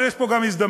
אבל יש פה גם הזדמנות.